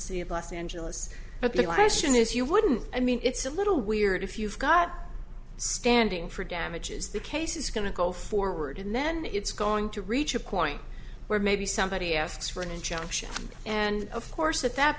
unseeable us angelus but the lashon if you wouldn't i mean it's a little weird if you've got standing for damages the case is going to go forward and then it's going to reach a point where maybe somebody asks for an injunction and of course at that